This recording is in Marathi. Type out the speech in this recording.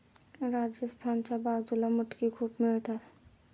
राजस्थानच्या बाजूला मटकी खूप मिळतात